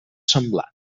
semblant